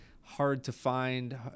hard-to-find